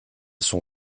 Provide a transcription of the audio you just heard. son